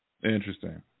Interesting